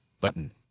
button